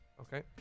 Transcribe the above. Okay